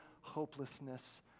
hopelessness